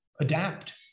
adapt